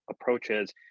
approaches